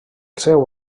seu